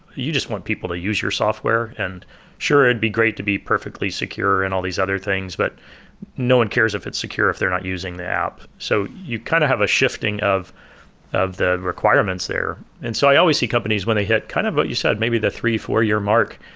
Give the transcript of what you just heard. you just want people to use your software. and sure, it'd be great to be perfectly secure and all these other things, but no one cares if it's secure if they're not using the app so you kind of have a shifting of of the requirements there. and so i always see companies when they hit kind of what you said, maybe the three, four-year mark.